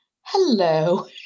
hello